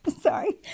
sorry